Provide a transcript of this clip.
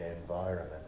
environment